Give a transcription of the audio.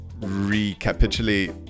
recapitulate